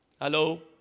Hello